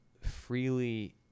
freely